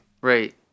Right